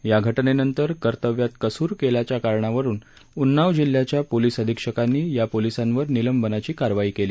या घटनेनंतर कर्तव्यात कसूर केल्याचा कारणावरून उन्नाव जिल्ह्याच्या पोलीस अधिक्षकांनी या पोलीसांवर निलंबनाची कारवाई केली